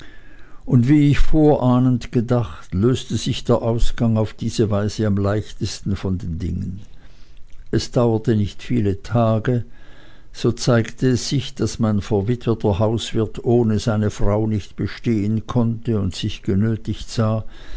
und wie ich vorahnend gedacht löste sich der ausgang auf diese weise am leichtesten von den dingen es dauerte nicht viele tage so zeigte es sich daß mein verwitweter hauswirt ohne seine frau nicht bestehen konnte und sich genötigt sah